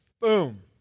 boom